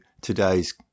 today's